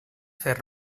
fer